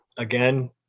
Again